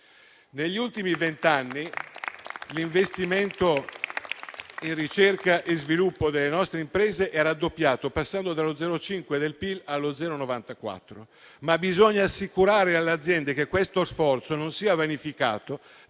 Negli ultimi vent'anni, l'investimento in ricerca e sviluppo delle nostre imprese è raddoppiato, passando dallo 0,5 per cento del PIL allo 0,94 per cento. Bisogna però assicurare alle aziende che questo sforzo non sia vanificato